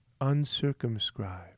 uncircumscribed